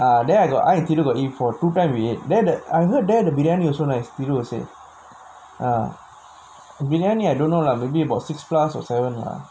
ah then I got I got eat for two times there that I heard there the biryani also nice to eat ah biryani I don't know lah maybe about six plus or seven lah